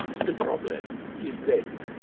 the problem is that,